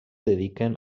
dediquen